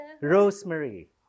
Rosemary